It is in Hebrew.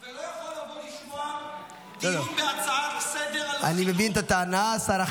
לא יכול לבוא לשמוע דיון בהצעה לסדר-היום על חינוך?